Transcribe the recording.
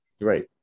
Right